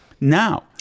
now